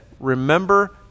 remember